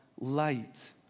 light